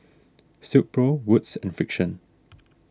Silkpro Wood's and Frixion